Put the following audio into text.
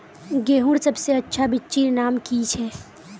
गेहूँर सबसे अच्छा बिच्चीर नाम की छे?